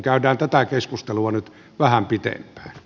käydään tätä keskustelua nyt vähän pitempään